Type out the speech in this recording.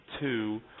two